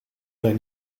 zijn